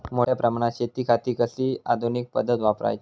मोठ्या प्रमानात शेतिखाती कसली आधूनिक पद्धत वापराची?